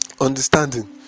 understanding